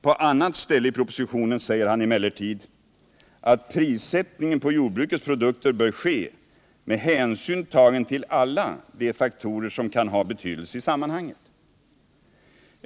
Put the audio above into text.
På annat ställe i propositionen säger han emellertid att prissättningen på jordbrukets produkter bör ske med hänsyn tagen till alla de faktorer som kan ha betydelse i sammanhanget.